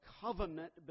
covenant